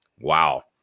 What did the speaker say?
Wow